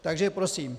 Takže prosím: